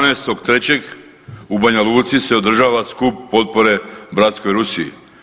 12.3. u Banja Luci se održava skup potpore bratskoj Rusiji.